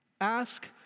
Ask